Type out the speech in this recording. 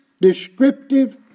descriptive